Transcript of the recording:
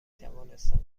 توانستم